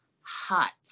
hot